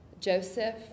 Joseph